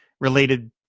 related